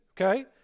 okay